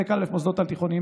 8. חלק א': מוסדות על תיכוניים,